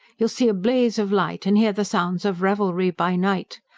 you will see a blaze of light, and hear the sounds of revelry by night.